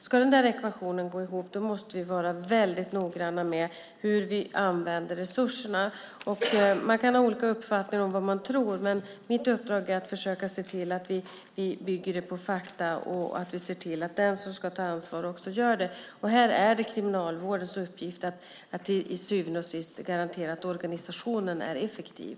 Ska den ekvationen gå ihop måste vi vara väldigt noggranna med hur vi använder resurserna. Man kan ha olika uppfattningar om vad man tror, men mitt uppdrag är att försöka se till att vi bygger på fakta och att se till att den som ska ta ansvar också gör det. Och här är det Kriminalvårdens uppgift att till syvende och sist garantera att organisationen är effektiv.